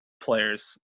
players